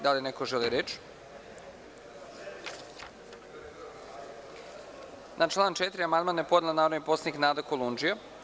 Da li neko želi reč? (Ne.) Na član 4. amandman je podnela narodni poslanik Nada Kolundžija.